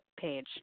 page